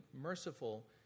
merciful